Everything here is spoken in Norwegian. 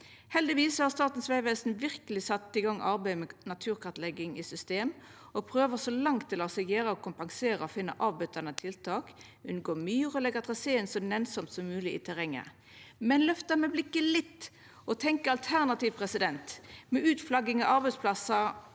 Heldigvis har Statens vegvesen verkeleg sett arbeidet med naturkartlegging i system og prøver så langt det lèt seg gjera å kompensera og finna avbøtande tiltak, unngå myr og leggja traseen så nennsamt som mogleg i terrenget. Men løftar me blikket litt og tenkjer alternativt, med utflagging av arbeidsplassar